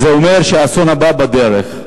זה אומר שהאסון הבא בדרך.